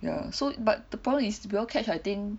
ya so but the problem is we all catch I think